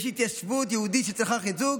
יש התיישבות יהודית שצריכה חיזוק,